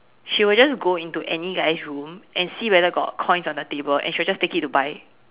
she will just go into any guy's room and see whether got coins on the table and she'll just take it to buy